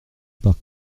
par